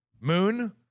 Moon